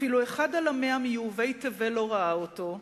אפילו אחד על המאה מיהודי תבל לא ראה אותו,